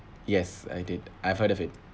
yes I did I've heard of it